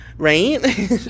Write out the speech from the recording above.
Right